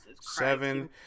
seven